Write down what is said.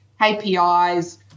KPIs